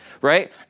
right